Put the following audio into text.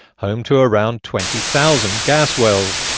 home to around twenty thousand gas wells.